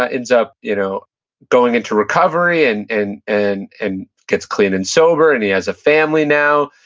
ah ends up you know going into recovery and and and and gets clean and sober, and he has a family now,